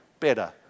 better